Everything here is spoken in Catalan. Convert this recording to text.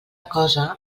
cosa